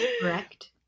correct